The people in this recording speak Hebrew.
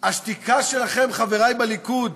חברי בליכוד,